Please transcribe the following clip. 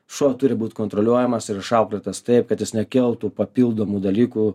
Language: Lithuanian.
šuo turi būt kontroliuojamas ir išauklėtas taip kad jis nekeltų papildomų dalykų